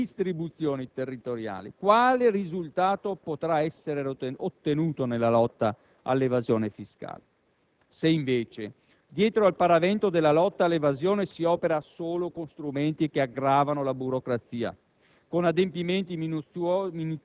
né delle distribuzioni territoriali, quale risultato potrà essere ottenuto nella lotta all'evasione fiscale? Se invece, dietro al paravento della lotta all'evasione, si opera solo con strumenti che aggravano la burocrazia,